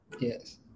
Yes